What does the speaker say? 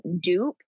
dupe